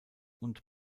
und